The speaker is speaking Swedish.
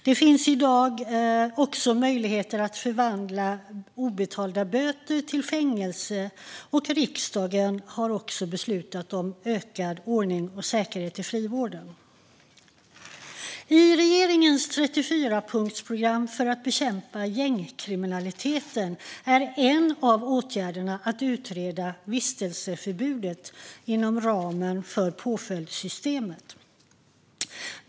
Det finns i dag möjligheter att förvandla obetalda böter till fängelse, och riksdagen har också beslutat om ökad ordning och säkerhet i frivården. I regeringens 34-punktsprogram för att bekämpa gängkriminaliteten är en av åtgärderna att utreda vistelseförbudet inom ramen för påföljdssystemet.